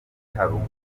haruguru